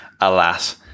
Alas